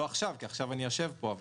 לא עכשיו, כי עכשיו אני יושב פה.